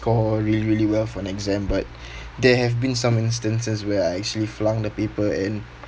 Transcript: score really really well for an exam but there have been some instances where I actually flunk the paper and